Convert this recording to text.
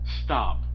Stop